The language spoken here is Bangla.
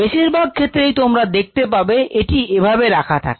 বেশিরভাগ ক্ষেত্রেই তোমরা দেখতে পাবে এটি এভাবে রাখা থাকে